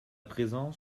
présent